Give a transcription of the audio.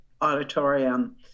auditorium